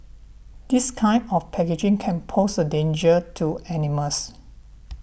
this kind of packaging can pose a danger to animals